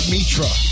Mitra